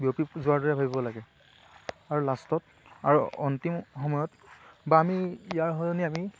বিয়পী পূ যোৱাৰ দৰে ভাবিব লাগে আৰু লাষ্টত আৰু অন্তিম সময়ত বা আমি ইয়াৰ সলনি আমি